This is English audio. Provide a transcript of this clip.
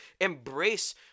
embrace